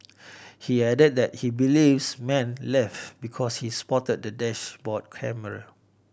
he added that he believes man left because he spotted the dashboard camera